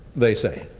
they say.